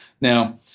Now